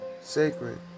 sacred